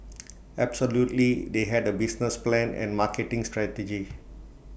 absolutely they had A business plan and marketing strategy